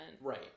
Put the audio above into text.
right